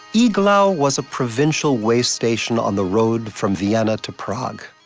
iglau was a provincial way station on the road from vienna to prague.